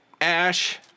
Ash